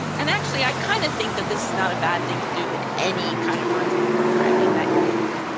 and actually i kind of think that this is not a bad thing to do in any kind of virtual programming that you're doing.